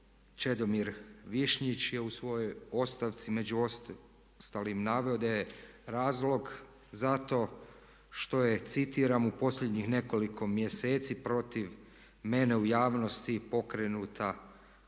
Čedomir Višnjić je u svojoj ostavci među ostalim naveo da je razlog za to što je, citiram: "U posljednjih nekoliko mjeseci protiv mene u javnosti pokrenuta kampanja